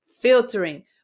filtering